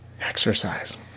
exercise